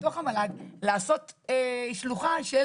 בתוך המל"ג לעשות שלוחה של